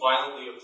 violently